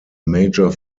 major